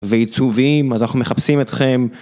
ועיצוביים, אז אנחנו מחפשים אתכם.